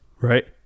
right